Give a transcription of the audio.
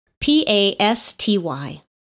P-A-S-T-Y